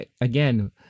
again